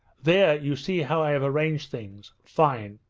there, you see how i have arranged things. fine!